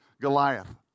Goliath